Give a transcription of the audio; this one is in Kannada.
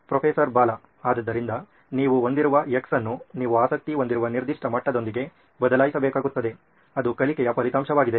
ಪ್ರೊಫೆಸರ್ ಬಾಲಾ ಆದ್ದರಿಂದ ನೀವು ಹೊಂದಿರುವ X ಅನ್ನು ನೀವು ಆಸಕ್ತಿ ಹೊಂದಿರುವ ನಿರ್ದಿಷ್ಟ ಮಟ್ಟದೊಂದಿಗೆ ಬದಲಾಯಿಸಬೇಕಾಗುತ್ತದೆ ಅದು ಕಲಿಕೆಯ ಫಲಿತಾಂಶವಾಗಿದೆ